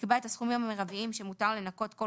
יקבע את הסכומים המרביים שמותר לנכות כל